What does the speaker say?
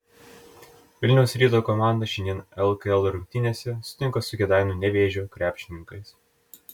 vilniaus ryto komanda šiandien lkl rungtynėse susitinka su kėdainių nevėžio krepšininkais